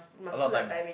a lot of time